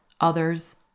others